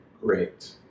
Great